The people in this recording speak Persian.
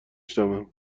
شنوم